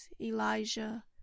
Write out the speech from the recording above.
Elijah